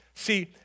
See